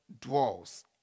dwells